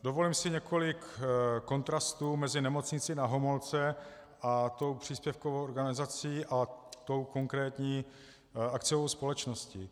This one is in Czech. Dovolím si několik kontrastů mezi Nemocnicí Na Homolce a tou příspěvkovou organizací a tou konkrétní akciovou společností.